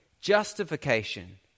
Justification